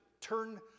turn